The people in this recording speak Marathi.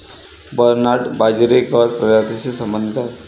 बर्नार्ड बाजरी गवत प्रजातीशी संबंधित आहे